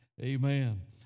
Amen